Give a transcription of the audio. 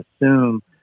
assume